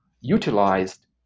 utilized